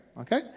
okay